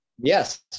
Yes